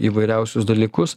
įvairiausius dalykus